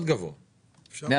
זה